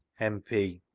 m p,